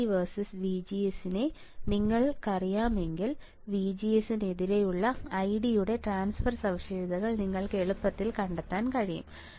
ID versus VGS നെ നിങ്ങൾക്കറിയാമെങ്കിൽ VGS നെതിരെയുള്ള ID യുടെ ട്രാൻസ്ഫർ സവിശേഷതകൾ നിങ്ങൾക്ക് എളുപ്പത്തിൽ കണ്ടെത്താൻ കഴിയും